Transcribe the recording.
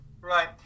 Right